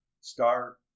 start